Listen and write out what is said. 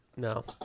No